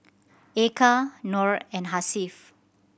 Eka Nor and Hasif